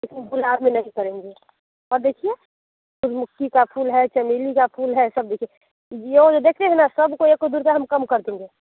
लेकिन गुलाब में नहीं करेंगे और देखिए सूरजमुखी का फूल है चमेली का फूल है सब देखिए देखते है ना सब को एक और दो रुपैया हम कम कर देंगे